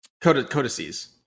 Codices